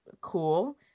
cool